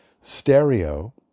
Stereo